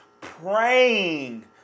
praying